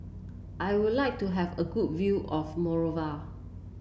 I would like to have a good view of Monrovia